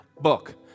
BOOK